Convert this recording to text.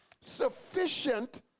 sufficient